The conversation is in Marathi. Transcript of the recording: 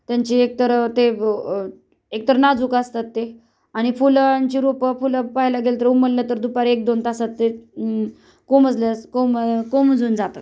त्यांचे एकतर ते एकतर नाजूक असतात ते आणि फुलांची रोपं फुलं पहायला गेलं तर उमललं तर दुपार एक दोन तासात ते कोमजल्यास कोमजून जातात